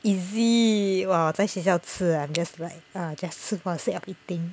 is it !wah! 我在学校吃啊 I'm just like uh just 吃 for the sake of eating